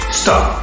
stop